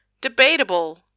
Debatable